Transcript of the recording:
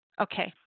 Okay